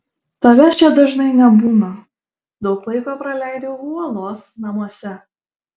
tavęs čia dažnai nebūna daug laiko praleidi uolos namuose